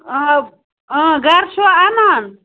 آ اۭں گَرٕ چھُوا اَنان